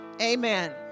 Amen